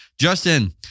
Justin